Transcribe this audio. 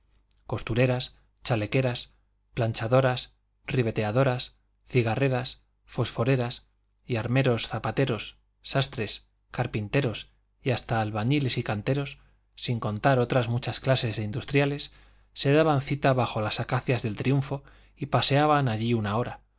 costureras chalequeras planchadoras ribeteadoras cigarreras fosforeras y armeros zapateros sastres carpinteros y hasta albañiles y canteros sin contar otras muchas clases de industriales se daban cita bajo las acacias del triunfo y paseaban allí una hora